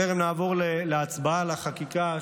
טרם נעבור להצבעה על החקיקה,